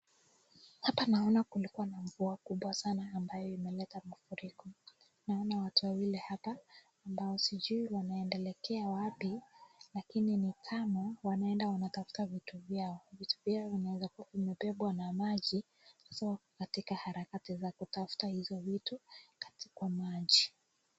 Hapa naona kulikuwa na mvua kubwa sana ambayo imeleta mafuriko. Naona watu wawili hapa ambao sijui wanaendelekea wapi, lakini ni kama wanaenda wanatafuta vitu vyao. Vitu vyao vinaweza kuwa vimebebwa na maji sasa wako katika harakati za kutafuta hizo vitu kwa maji.